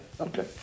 Okay